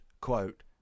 quote